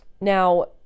Now